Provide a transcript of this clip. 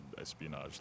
espionage